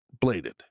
bladed